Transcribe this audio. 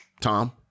Tom